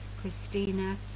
Christina